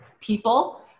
people